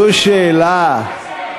זו שאלה?